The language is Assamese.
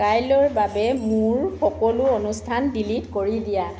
কাইলৈৰ বাবে মোৰ সকলো অনুষ্ঠান ডিলিট কৰি দিয়া